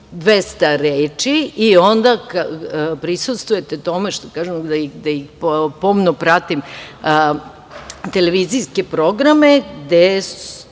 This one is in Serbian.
200 reči. Onda prisustvujete tome, pošto kažem da pomno pratim televizijske programe gde